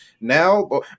now –